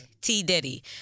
T-Diddy